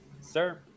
sir